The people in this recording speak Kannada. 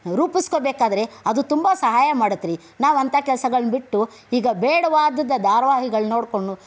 ರೂಪಿಸ್ಕೊಬೇಕಾದ್ರೆ ಅದು ತುಂಬ ಸಹಾಯ ಮಾಡತ್ರಿ ನಾವಂಥ ಕೆಲ್ಸಗಳನ್ನ ಬಿಟ್ಟು ಈಗ ಬೇಡವಾದ ಧಾರಾವಾಹಿಗಳು ನೋಡಿಕೊಂಡು